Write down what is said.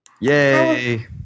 Yay